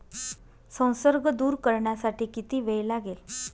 संसर्ग दूर करण्यासाठी किती वेळ लागेल?